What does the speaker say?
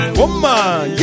woman